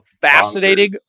fascinating